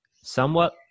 somewhat